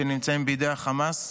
שנמצאים בידי החמאס.